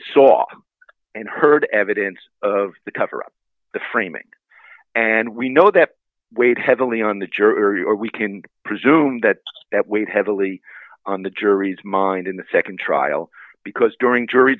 saw and heard evidence of the cover up the framing and we know that weighed heavily on the jury or we can presume that that weighed heavily on the jury's mind in the nd trial because during jury